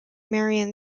marion